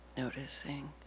Noticing